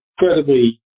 incredibly